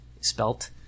spelt